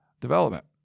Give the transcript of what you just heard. development